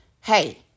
hey